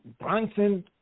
Bronson